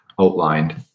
outlined